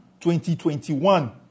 2021